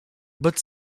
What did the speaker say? but